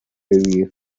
review